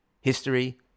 history